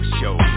Show